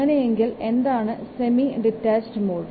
അങ്ങനെയെങ്കിൽ എന്താണ് semi detached mode